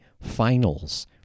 finals